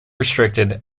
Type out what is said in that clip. restricted